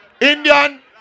Indian